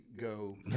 go